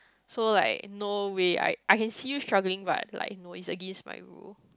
so like no way I I can see you struggling but no like it's against my rule